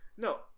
No